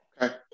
Okay